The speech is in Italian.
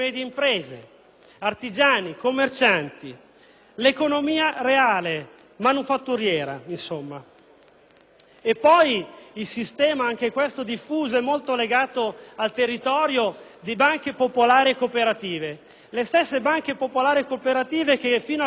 artigiani, commercianti; l'economia reale, manifatturiera, insomma. Poi il sistema, anche questo diffuso e molto legato al territorio, di banche popolari e cooperative, le stesse che fino a qualche mese fa